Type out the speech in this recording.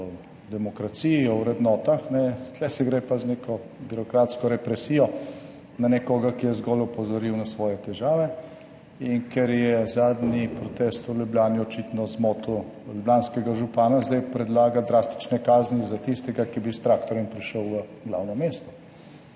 o demokraciji, o vrednotah. Tu se gre pa z neko birokratsko represijo na nekoga, ki je zgolj opozoril na svoje težave. In ker je zadnji protest v Ljubljani očitno zmotil ljubljanskega župana, zdaj predlaga drastične kazni za tistega, ki bi s traktorjem prišel v glavno mesto.